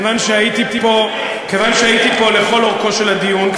כיוון שהייתי פה לכל אורכו של הדיון,